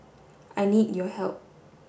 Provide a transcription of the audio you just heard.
I need your help